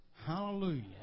Hallelujah